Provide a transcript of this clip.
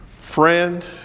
friend